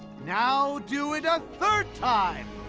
now do it a third time!